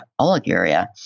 oliguria